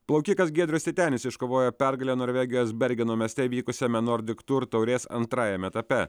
plaukikas giedrius titenis iškovojo pergalę norvegijos bergeno mieste vykusiame nordic tour taurės antrajam etape